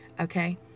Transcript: okay